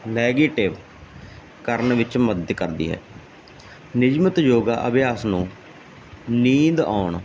negative ਕਰਨ ਵਿੱਚ ਮਦਦ ਕਰਦੀ ਹੈ ਨਿਯਮਤ ਯੋਗਾ ਅਭਿਆਸ ਨੂੰ ਨੀਂਦ ਆਉਣ